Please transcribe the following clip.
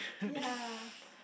ya